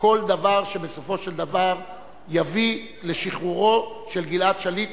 כל דבר שבסופו של דבר יביא לשחרורו של גלעד שליט,